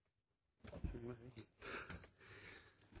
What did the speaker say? følg med,